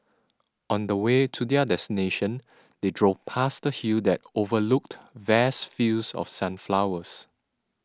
on the way to their destination they drove past a hill that overlooked vast fields of sunflowers